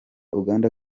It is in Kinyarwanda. uganda